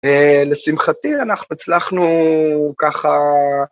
לשמחתי אנחנו הצלחנו, ככה,